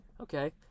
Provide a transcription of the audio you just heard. Okay